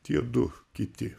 tie du kiti